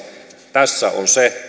tässä on se